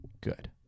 Good